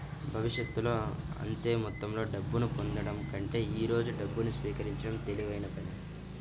భవిష్యత్తులో అంతే మొత్తంలో డబ్బును పొందడం కంటే ఈ రోజు డబ్బును స్వీకరించడం తెలివైన పని